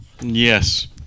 Yes